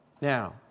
Now